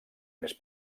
més